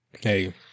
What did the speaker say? Hey